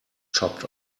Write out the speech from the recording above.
chopped